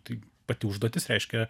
tai pati užduotis reiškia